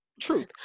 truth